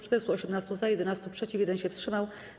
418 - za, 11 - przeciw, 1 się wstrzymał.